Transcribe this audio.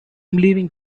leaving